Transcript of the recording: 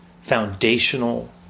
foundational